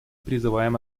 призываем